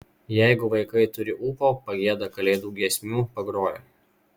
jeigu vaikai turi ūpo pagieda kalėdų giesmių pagroja